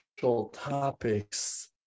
topics